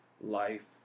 life